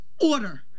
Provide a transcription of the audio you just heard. order